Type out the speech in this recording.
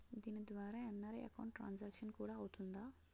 దీని ద్వారా NRI account transaction కూడా అవుతుందా?